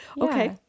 Okay